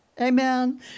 Amen